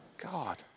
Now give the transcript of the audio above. God